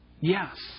Yes